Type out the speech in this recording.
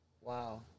Wow